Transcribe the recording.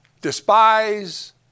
despise